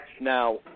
Now